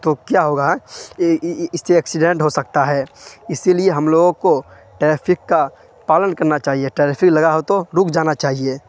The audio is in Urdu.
تو کیا ہوگا ہاں اس سے ایکسیڈینٹ ہو سکتا ہے اسی لیے ہم لوگوں کو ٹریفک کا پالن کرنا چاہیے ٹریفک لگا ہو تو رک جانا چاہیے